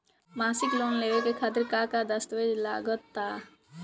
मसीक लोन लेवे खातिर का का दास्तावेज लग ता?